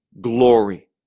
glory